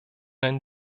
ein